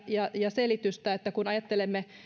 ja selitystä miksi varhaiskasvatuksessa ajattelisimme toisin kun